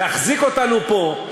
להחזיק אותנו פה,